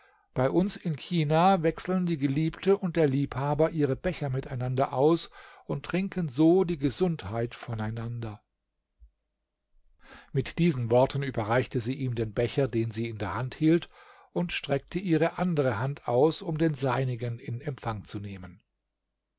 bei uns in china wechseln die geliebte und der liebhaber ihre becher miteinander aus und trinken so die gesundheit voneinander mit diesen worten überreichte sie ihm den becher den sie in der hand hielt und streckte ihre andere hand aus um den seinigen in empfang zu nehmen